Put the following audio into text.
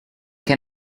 can